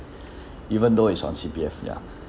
even though it's on C_P_F ya